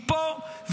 היא פה,